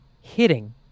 hitting